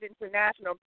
international